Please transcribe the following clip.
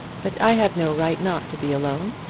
but i have no right not to be alone.